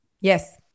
Yes